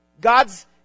God's